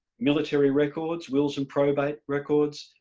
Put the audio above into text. military records, wills and probate records,